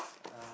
uh